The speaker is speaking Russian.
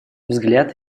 взгляд